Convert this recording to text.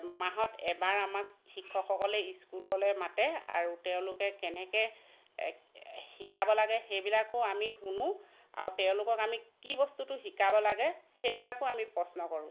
মাহত এবাৰ আমাক শিক্ষকসকলে স্কুললৈ মাতে আৰু তেওঁলোকে কেনেকে শিকাব লাগে সেইবিলাকো আমি শুনো আৰু তেওঁলোকক আমি কি বস্তুটো শিকাব লাগে সেইবিলাকো আমি প্ৰশ্ন কৰোঁ